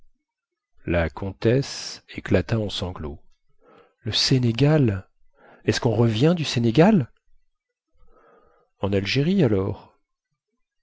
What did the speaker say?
la comtesse éclata en sanglots le sénégal est-ce quon revient du sénégal en algérie alors